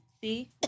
See